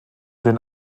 den